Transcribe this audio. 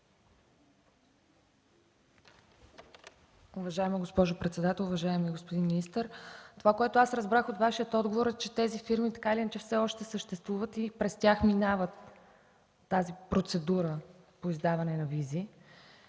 Уважаема госпожо председател! Уважаеми господин министър, това, което разбрах от Вашия отговор, е, че тези фирми, така или иначе, все още съществуват и през тях минава тази процедура по издаване на визи.